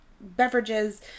beverages